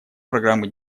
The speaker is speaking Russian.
программы